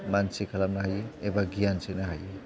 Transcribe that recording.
मानसि खालामनो हायो एबा गियान सोनो हायो